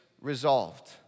resolved